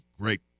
great